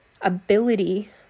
ability